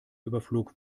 überflog